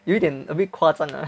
有一点 a bit 夸张 ah